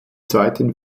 zweiten